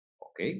¿Ok